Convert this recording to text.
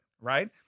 right